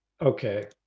Okay